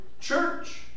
church